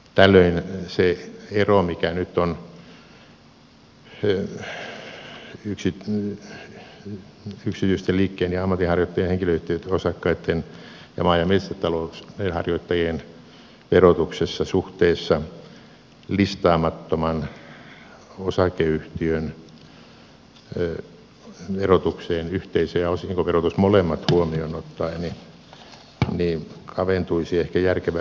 tällöin se ero mikä nyt on yksityisten liikkeen ja ammatinharjoittajien henkilöyhtiöitten osakkaitten ja maa ja metsätalousharjoittajien verotuksessa suhteessa listaamattoman osakeyhtiön verotukseen yhteisö ja osinkoverotus molemmat huomioon ottaen kaventuisi ehkä järkevällä tavalla